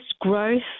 growth